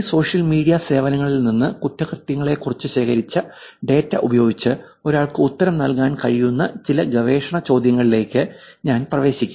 ഈ social media സേവനങ്ങളിൽ നിന്ന് കുറ്റകൃത്യങ്ങളെക്കുറിച്ച് ശേഖരിച്ച ഡാറ്റ ഉപയോഗിച്ച് ഒരാൾക്ക് ഉത്തരം നൽകാൻ കഴിയുന്ന ചില ഗവേഷണ ചോദ്യങ്ങളിലേക്ക് ഞാൻ പ്രവേശിക്കും